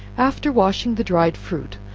after washing the dried fruit,